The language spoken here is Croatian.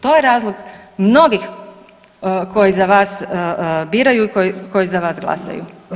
To je razlog mnogih koji za vas biraju i koji za vas glasaju.